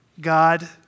God